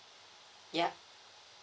yup